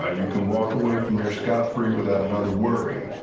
ah you can walk away from here scot-free without another worry.